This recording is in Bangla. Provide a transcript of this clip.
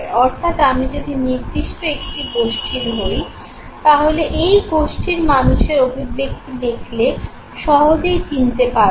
অর্থাৎ আমি যদি নির্দিষ্ট একটি গোষ্ঠীর হই তাহলে এই গোষ্ঠীর মানুষের অভিব্যক্তি দেখলে সহজেই চিনতে পারবো